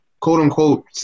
quote-unquote